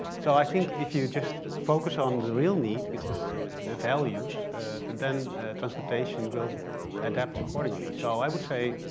so, i think if you just focus on the real need which is the values then transportation will adapt accordingly. so, i would say,